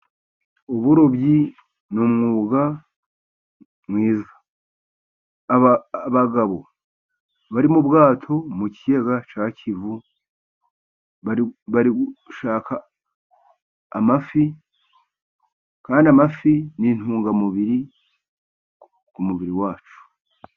Uburobyi ni umwuga mwiza, abagabo bari mu bwato mu kiyaga cya kivu, bari gushaka amafi, kandi amafi ni intungamubiri ku mubiri wacu.